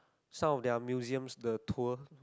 some on their museums the tour